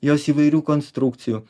jos įvairių konstrukcijų